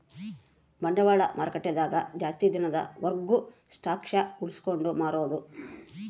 ಬಂಡವಾಳ ಮಾರುಕಟ್ಟೆ ದಾಗ ಜಾಸ್ತಿ ದಿನದ ವರ್ಗು ಸ್ಟಾಕ್ಷ್ ಉಳ್ಸ್ಕೊಂಡ್ ಮಾರೊದು